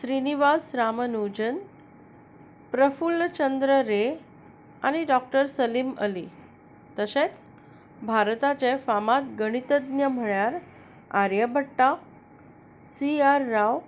श्रीनिवास रामानुजन प्रफुल चंद्र रे आनी डॉ सलीम अली तशेंच भारताचे फामाद गणिततज्ञ म्हणल्यार आर्यभट्टा सी आर राव